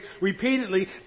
repeatedly